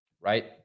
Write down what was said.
right